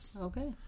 Okay